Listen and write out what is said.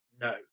No